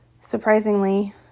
surprisingly